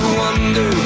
wonder